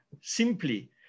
simply